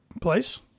place